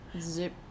Zip